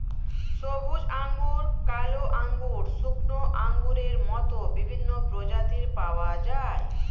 সবুজ আঙ্গুর, কালো আঙ্গুর, শুকনো আঙ্গুরের মত বিভিন্ন প্রজাতির পাওয়া যায়